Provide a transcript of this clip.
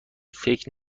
فکر